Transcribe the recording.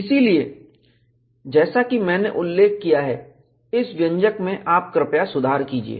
इसलिए जैसा कि मैंने उल्लेख किया है इस व्यंजक में आप कृपया सुधार कीजिए